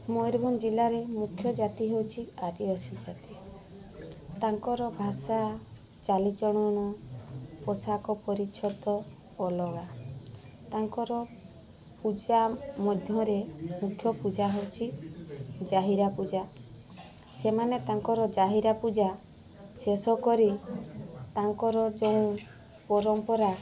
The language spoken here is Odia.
ମୟୂରଭଞ୍ଜ ଜିଲ୍ଲାରେ ମୁଖ୍ୟ ଜାତି ହେଉଛି ଆଦିବାସୀ ଜାତି ତାଙ୍କର ଭାଷା ଚାଲିଚଳନ ପୋଷାକ ପରିଚ୍ଛଦ ଅଲଗା ତାଙ୍କର ପୂଜା ମଧ୍ୟରେ ମୁଖ୍ୟ ପୂଜା ହେଉଛି ଜାହିରା ପୂଜା ସେମାନେ ତାଙ୍କର ଜାହିରା ପୂଜା ଶେଷ କରି ତାଙ୍କର ଯେଉଁ ପରମ୍ପରା